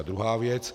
Druhá věc.